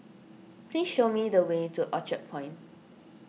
please show me the way to Orchard Point